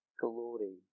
Glory